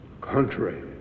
country